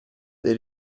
dei